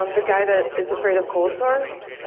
um the guy that is afraid of cold sores,